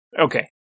Okay